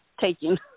taking